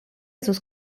sus